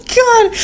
god